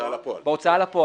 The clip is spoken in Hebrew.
בהוצאה לפועל.